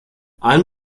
allen